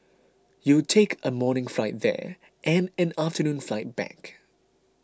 you'll take a morning flight there and an afternoon flight back